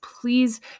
please